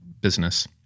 business